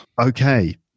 okay